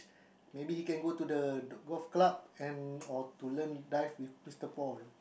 maybe he can go to the golf club or to learn dive with Mister Paul